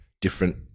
Different